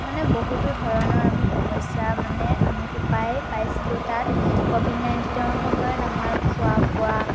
মানে বহুতো ধৰণৰ আমি সমস্যা মানে আমি উপায় পাইছিলোঁ তাত ক'ভিড নাইণ্টিনৰ সময়ত আমাৰ খোৱা বোৱা